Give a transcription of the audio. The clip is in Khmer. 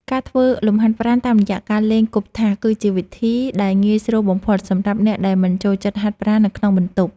ការធ្វើលំហាត់ប្រាណតាមរយៈការលេងគប់ថាស គឺជាវិធីដែលងាយស្រួលបំផុតសម្រាប់អ្នកដែលមិនចូលចិត្តហាត់ប្រាណនៅក្នុងបន្ទប់។